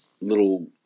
little